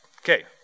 Okay